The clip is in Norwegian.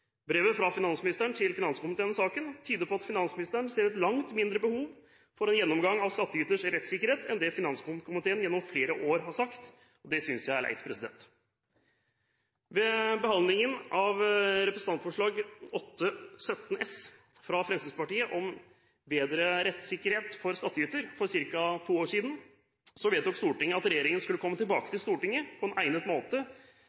Brevet fra finansministeren til finanskomiteen om saken tyder på at finansministeren ser et langt mindre behov for en gjennomgang av skattyters rettssikkerhet enn finanskomiteen gjennom flere år har ment. Det synes jeg er leit. Ved behandlingen av Representantforslag 17 S for 2010–2011 fra Fremskrittspartiet om bedre rettssikkerhet for skattyter vedtok Stortinget at regjeringen skulle komme tilbake til Stortinget på en egnet måte